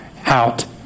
out